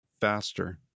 faster